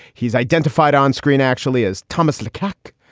he's identified onscreen, actually, as thomas laychak.